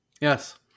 Yes